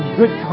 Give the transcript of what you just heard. good